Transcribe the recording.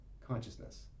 consciousness